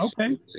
Okay